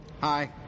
Hi